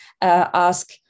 Ask